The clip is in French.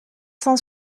cent